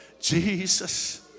Jesus